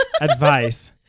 advice